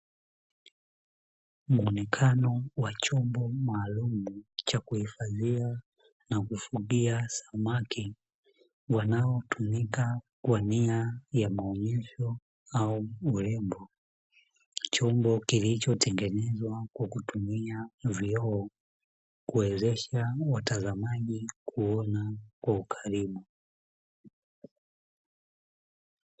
Muonekano wa chombo maalum cha kuhifadhia na kufugia samaki wanaotumika kwania ya maonyesho au urembo. Chombo kilichotengenezwa kwa kutumia vioo kuwezesha watazamaji kuona kwa ukaribu.